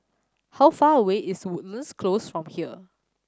how far away is Woodlands Close from here